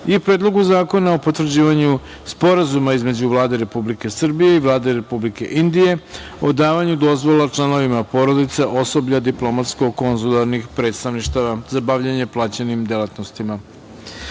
i Predlogu zakona o potvrđivanju Sporazuma između Vlade Republike Srbije i Vlade Republike Indije o davanju dozvola članovima porodica osoblja diplomatsko konzularnih predstavništava za bavljenje plaćenim delatnostima. Pre